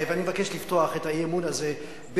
אני מבקש לפתוח את האי-אמון הזה בנימה,